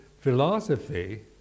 philosophy